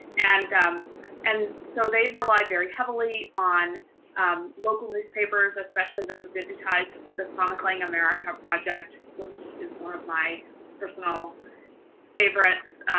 and um and so they relied heavily on local newspapers, especially those digitize for the chronicling america project which is more of my personal favorites.